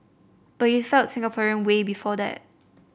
but you felt Singaporean way before that